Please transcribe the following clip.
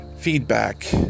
feedback